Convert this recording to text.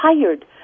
tired